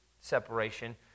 separation